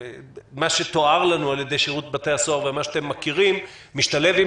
מה שתואר על ידי בתי שירות בתי הסוהר ומה שאתם מכירים משתלב עם